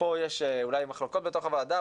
ופה אולי יש מחלוקות בתוך הוועדה,